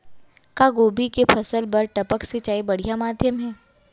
का गोभी के फसल बर टपक सिंचाई बढ़िया माधयम हे?